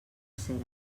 cera